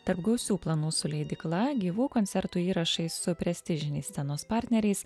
tarp gausių planų su leidykla gyvų koncertų įrašais su prestižiniais scenos partneriais